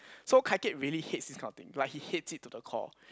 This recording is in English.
so Kai-Kiat really hates this kind of thing like he hates it to the core